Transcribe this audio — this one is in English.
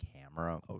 camera